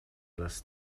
les